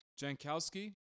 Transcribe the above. Jankowski